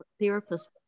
therapists